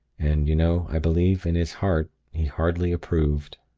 and, you know, i believe, in his heart, he hardly approved.